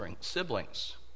siblings